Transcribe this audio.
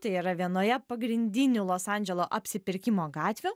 tai yra vienoje pagrindinių los andželo apsipirkimo gatvių